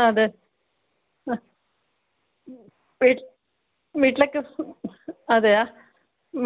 ആ അതെ ആ വീട്ടിലേക്ക് അതെയോ